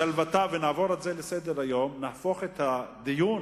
משלוותנו, ונעבור על זה לסדר-היום, נהפוך את הדיון